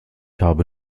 habe